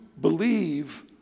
believe